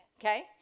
Okay